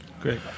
great